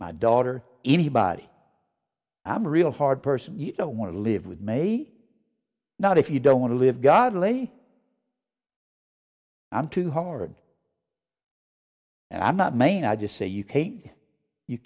my daughter anybody i'm real hard person you don't want to live with me not if you don't want to live godly i'm too hard and i'm not mane i just say you